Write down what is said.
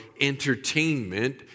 entertainment